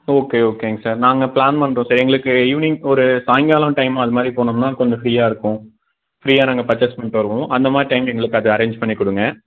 okay ஓகேங்க sir நாங்கள் plan பண்ணுறோம் சார் எங்களுக்கு ஈவினிங் ஒரு சாயங்காலம் டைம் அது மாதிரி போனோம்னால் கொஞ்சம் ஃப்ரீயாக இருக்கும் ஃப்ரீயாக நாங்கள் பர்ச்சேஸ் பண்ணிட்டு வருவோம் அந்த மாதிரி டைம் எங்களுக்கு அது அரேஞ்ச் பண்ணிக் கொடுங்க